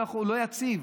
הוא לא יציב.